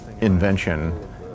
invention